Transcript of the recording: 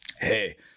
hey